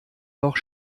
noch